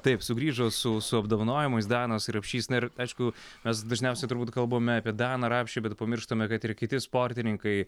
taip sugrįžo su su apdovanojimais danas rapšys na ir aišku mes dažniausiai turbūt kalbame apie daną rapšį bet pamirštame kad ir kiti sportininkai